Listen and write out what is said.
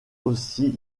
aussi